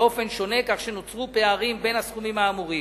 באופן שונה, כך שנוצרו פערים בין הסכומים האמורים.